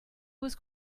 was